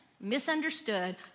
misunderstood